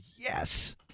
yes